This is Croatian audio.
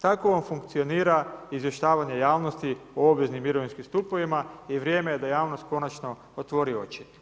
Tako vam funkcionira izvještavanje javnosti o obveznim mirovinskim stupovima i vrijeme je da javnost konačno otvori oči.